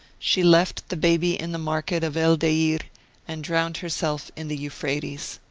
she left the baby in the market of el-deir and drowned herself in the euphrates.